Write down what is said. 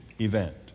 event